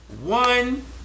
One